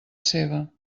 seva